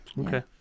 okay